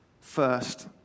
first